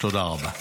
תודה רבה.